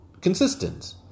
consistent